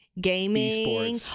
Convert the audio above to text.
Gaming